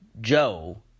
Joe